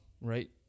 Right